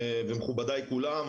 ומכובדיי כולם,